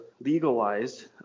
legalized